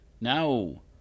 No